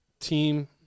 team